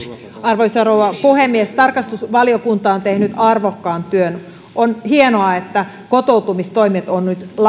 arvoisa rouva puhemies tarkastusvaliokunta on tehnyt arvokkaan työn on hienoa että kotoutumistoimet on nyt